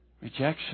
rejection